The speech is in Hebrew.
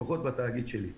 כך לפחות בתאגיד שאני מנהל.